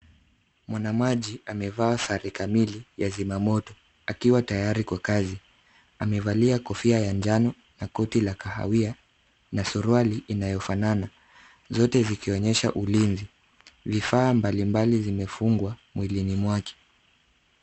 Mwanamaji amevaa sare kamili ya zimamoto akiwa tayari kwa kazi. Amevalia kofia ya njano na koti la kahawia, na suruali inayofanana, zote zikionyesha ulinzi. Vifaa mbalimbali zimefungwa mwilini mwake.